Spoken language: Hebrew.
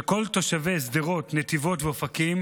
שכל תושבי שדרות, נתיבות ואופקים